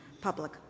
public